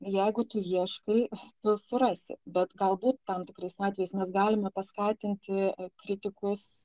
jeigu tu ieškai tu surasi bet galbūt tam tikrais atvejais mes galime paskatinti kritikus